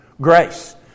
grace